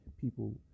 People